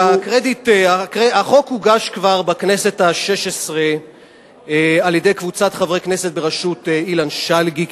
החוק כבר הוגש בכנסת השש-עשרה על-ידי קבוצת חברי כנסת בראשות אילן שלגי,